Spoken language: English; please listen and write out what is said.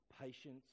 patience